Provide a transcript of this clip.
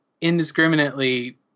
indiscriminately